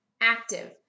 active